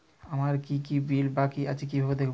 আমার কি কি বিল বাকী আছে কিভাবে দেখবো?